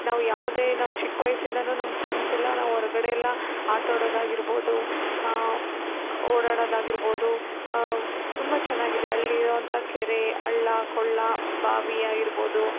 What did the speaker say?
ನಾವು ಯಾವುದೇ ನಾವು ಚಿಕ್ಕ ವಯಸ್ಸಿಂದನೂ ನಮ್ಮ ಫ್ರೆಂಡ್ಸ್ ಎಲ್ಲ ನಾವು ಹೊರ್ಗಡೆ ಎಲ್ಲ ಆಟ ಆಡೋದು ಆಗಿರ್ಬೋದು ಓಡಾಡೋದು ಆಗಿರ್ಬೋದು ತುಂಬ ಚೆನ್ನಾಗಿದೆ ಅಲ್ಲಿರುವಂಥ ಕೆರೆ ಹಳ್ಳ ಕೊಳ್ಳ ಬಾವಿ ಆಗಿರ್ಬೋದು